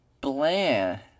bland